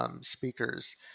speakers